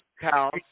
House